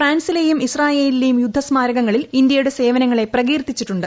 ഫ്രാൻസിലേയും ഇസ്രായേലിലേയും യുദ്ധ സ്മാരകങ്ങളിൽ ഇന്ത്യയുടെ സേവനങ്ങളെ പ്രകീർത്തിച്ചിട്ടുണ്ട്